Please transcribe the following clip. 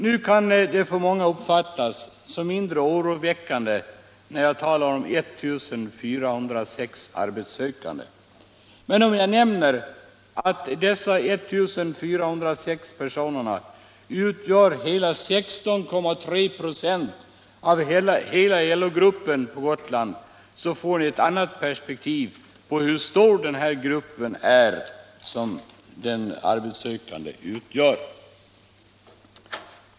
Nu kan det av många uppfattas som mindre oroväckande när jag talar om 1406 arbetssökande, men om jag nämner att dessa 1406 personer utgör så mycket som 16,3 26 av hela LO-gruppen på Gotland så får ni ett annat perspektiv på hur stor gruppen arbetssökande är.